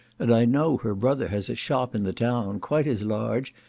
and i know her brother has a shop in the town, quite as large,